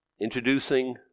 introducing